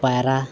ᱯᱟᱭᱨᱟ